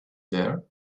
there